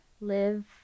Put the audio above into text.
live